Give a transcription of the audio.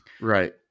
Right